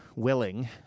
Willing